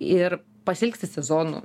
ir pasiilgsti sezonų